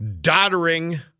doddering